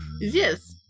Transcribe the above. Yes